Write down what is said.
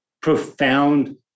profound